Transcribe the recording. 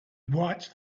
watched